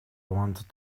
wanted